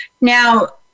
Now